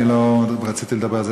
אני לא רציתי לדבר על זה.